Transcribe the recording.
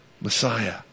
Messiah